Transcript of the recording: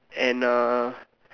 and uh